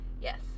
yes